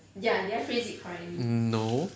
mm no